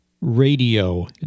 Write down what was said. Radio